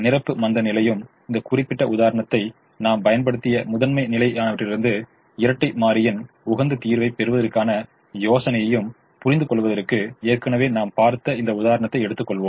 நிரப்பு மந்தநிலையையும் இந்த குறிப்பிட்ட உதாரணத்தை நாம் பயன்படுத்திய முதன்மை நிலையானவற்றிலிருந்து இரட்டை மாறியின் உகந்த தீர்வைப் பெறுவதற்கான யோசனையையும் புரிந்துகொள்வதற்கு ஏற்கனவே நாம் பார்த்த இந்த உதாரணத்தை எடுத்துக்கொள்வோம்